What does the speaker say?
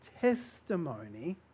testimony